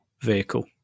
vehicle